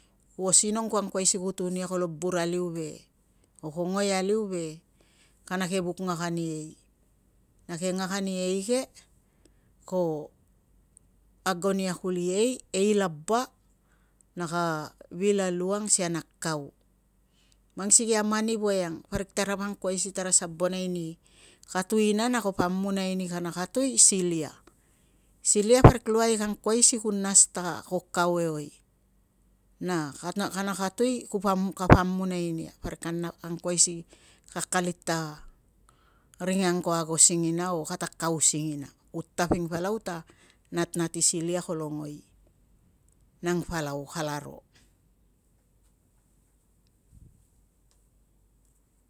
Kuo sinong kuo angkuai si ku tun ia kolo bur aliu ve, o ko ngoi aliu ve kana keve vuk ngakan i ei. Na keve ngakan i ei ke ko agon ia kuli ei, ei laba naka vil a lu ang si kana kau. Mang sikei a mani voiang parik tarapa angkuai si tara sabonai ani katui ina na kapo amunai ani kana katui silia. Silia parik luai ku angkuai si nas ta ko kau eoi, na kana katui kapo amunai nia parik kapa angkuai si akalit ta ring ang kapo ago singina o kata kau singina, ku taping palau ta natnat i silia kolo ngoi. Nang palau kalaro!